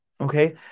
okay